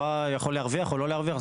לא על יכול להרוויח או לא יכול להרוויח.